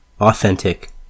authentic